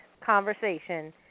conversation